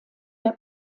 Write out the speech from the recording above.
der